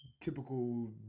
typical